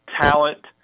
talent